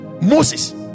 moses